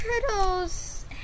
turtles